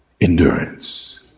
Endurance